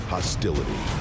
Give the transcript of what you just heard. Hostility